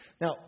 Now